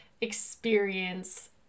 experience